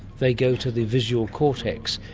they go to the visual cortex,